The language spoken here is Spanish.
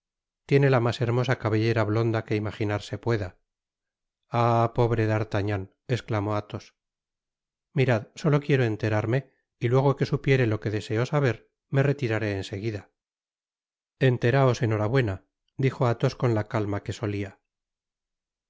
tiene la mas hermosa cabellera blonda que imaginarse pueda ah i pobre d'artagnan esclamó athos mirad solo quiero enterarme y luego que supiere lo que deseo saber me retiraré en seguida enteraos enhorabuena dijo athos con la calma que solia